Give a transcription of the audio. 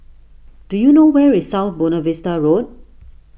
do you know where is South Buona Vista Road